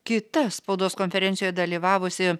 kita spaudos konferencijoje dalyvavusi